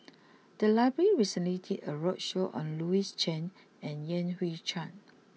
the library recently did a roadshow on Louis Chen and Yan Hui Chang